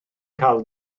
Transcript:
cael